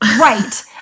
Right